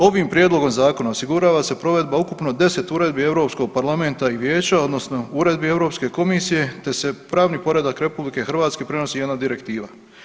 Ovim prijedlogom zakona osigurava se provedba ukupno 10 uredbi Europskog parlamenta i Vijeća, odnosno uredbi Europske komisije, te se pravni poredak Republike Hrvatske prenosi jedna direktiva.